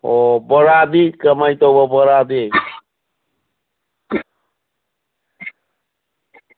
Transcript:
ꯑꯣ ꯕꯣꯔꯥꯗꯤ ꯀꯃꯥꯏꯅ ꯇꯧꯕ ꯕꯣꯔꯥꯗꯤ